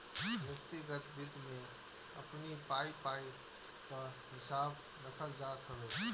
व्यक्तिगत वित्त में अपनी पाई पाई कअ हिसाब रखल जात हवे